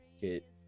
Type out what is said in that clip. get